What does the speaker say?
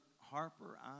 Harper